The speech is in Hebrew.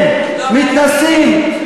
לא לא לא, כן, מתנשאים.